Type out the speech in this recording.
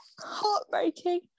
Heartbreaking